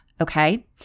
okay